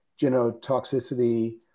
genotoxicity